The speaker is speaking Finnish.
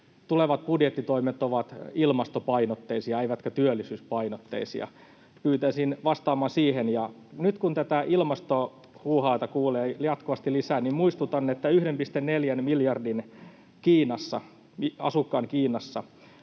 tulevat budjettitoimet ovat ilmastopainotteisia eivätkä työllisyyspainotteisia. Pyytäisin vastaamaan siihen. Ja nyt kun tätä ilmasto-huuhaata kuulee jatkuvasti lisää, niin muistutan, että 1,4 miljardin asukkaan Kiinassa